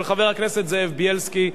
של חבר הכנסת זאב בילסקי.